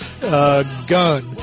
gun